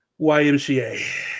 YMCA